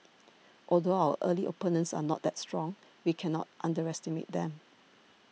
although our early opponents are not that strong we cannot underestimate them